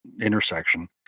intersection